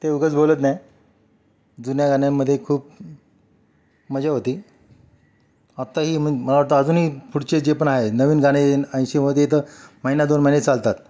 ते उगाच बोलत नाही जुन्या गाण्यांमध्ये खूप मजा होती आत्ताही मला वाटतं अजूनही पुढचे जे पण आहे नवीन गाणे ऐंशीमध्ये तर महिना दोन महिने चालतात